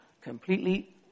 Completely